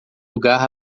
lugar